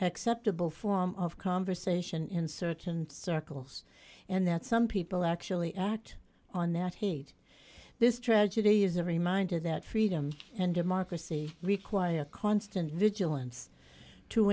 acceptable form of conversation in certain circles and that some people actually act on that hate this tragedy is a reminder that freedom and democracy require constant vigilance to